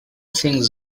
things